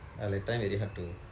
at that time very hard to